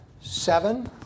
seven